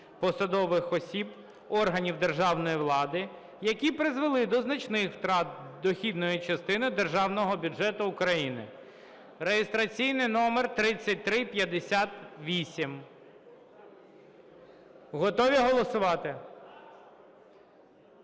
посадових осіб органів державної влади, які призвели до значних втрат дохідної частини Державного бюджету України (реєстраційний номер 3358). Готові голосувати?